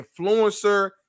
influencer